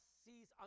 sees